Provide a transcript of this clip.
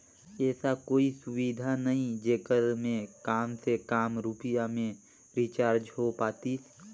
ऐसा कोई सुविधा नहीं जेकर मे काम से काम रुपिया मे रिचार्ज हो पातीस?